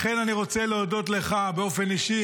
לכן אני רוצה להודות לך באופן אישי,